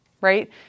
right